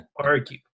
argue